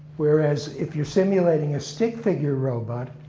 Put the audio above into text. whereas, if you're simulating a stick figure robot,